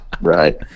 Right